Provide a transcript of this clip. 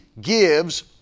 gives